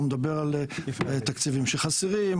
הוא מדבר על תקציבים שחסרים,